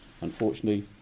Unfortunately